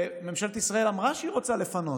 שממשלת ישראל אמרה שהיא רוצה לפנות.